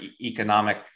economic